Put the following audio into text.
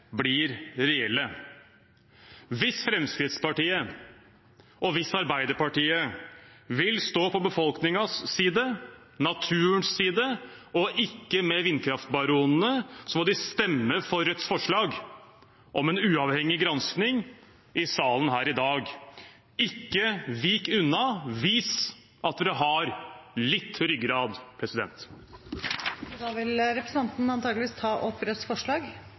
blir reelle. Hvis Fremskrittspartiet og Arbeiderpartiet vil stå på befolkningens side, naturens side og ikke med vindkraftbaronene, må de stemme for Rødts forslag om en uavhengig gransking i salen her i dag – ikke vik unna, vis at dere har litt ryggrad. Jeg tar opp Rødts forslag i saken. Representanten Bjørnar Moxnes har tatt opp